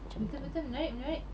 betul betul menarik menarik